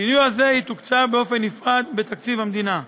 סיוע זה יתוקצב באופן נפרד בתקציב המדינה.